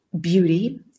Beauty